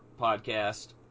podcast